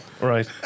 Right